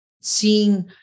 seeing